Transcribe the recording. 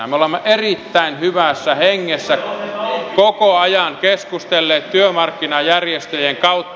me olemme erittäin hyvässä hengessä koko ajan keskustelleet työmarkkinajärjestöjen kautta